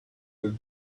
could